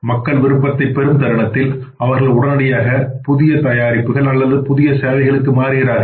மக்கள் விருப்பத்தை பெறும் தருணத்தில் அவர்கள் உடனடியாக புதிய தயாரிப்புகள் அல்லது புதிய சேவைகளுக்கு மாறுகிறார்கள்